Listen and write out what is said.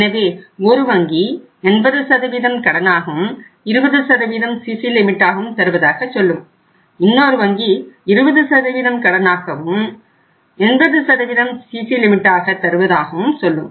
எனவே ஒரு வங்கி 80 கடனாகவும் 20 சிசி லிமிட்டாகவும் தருவதாக சொல்லும்